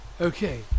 okay